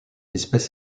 espèce